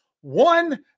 One